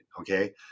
Okay